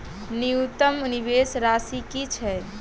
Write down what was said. न्यूनतम निवेश राशि की छई?